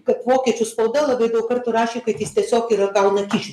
kad vokiečių spauda labai daug kartų rašė kad jis tiesiog yra gauna kyšius